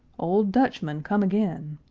old dutchman come again!